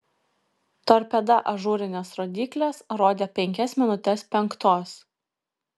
torpeda ažūrinės rodyklės rodė penkias minutes penktos